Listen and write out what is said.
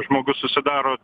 žmogus susidaro